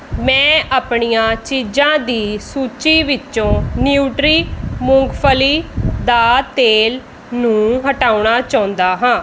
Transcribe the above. ਮੈਂ ਆਪਣੀਆਂ ਚੀਜਾਂ ਦੀ ਸੂਚੀ ਵਿੱਚੋਂ ਨਿਊਟਰੀ ਮੂੰਗਫ਼ਲੀ ਦਾ ਤੇਲ ਨੂੰ ਹਟਾਉਣਾ ਚਾਹੁੰਦਾ ਹਾਂ